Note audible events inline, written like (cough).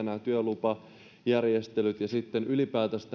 (unintelligible) nämä työlupajärjestelyt ja sitten ylipäätänsä (unintelligible)